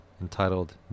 entitled